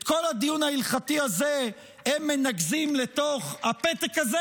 את כל הדיון ההלכתי הזה הם מנקזים לתוך הפתק הזה?